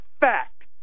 fact